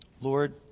Lord